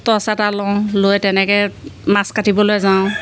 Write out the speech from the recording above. torch এটা লওঁ লৈ তেনেকে মাছ কাটিবলৈ যাওঁ